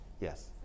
yes